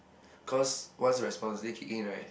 cause once the responsibility kick in right